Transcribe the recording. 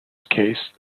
case